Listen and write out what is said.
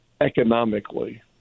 economically